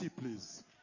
please